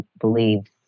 believed